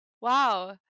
Wow